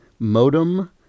Modem